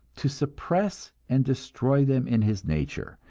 to suppress and destroy them in his nature,